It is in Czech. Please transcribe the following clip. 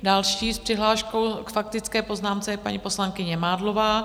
Další s přihláškou k faktické poznámce je paní poslankyně Mádlová.